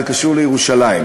זה קשור לירושלים.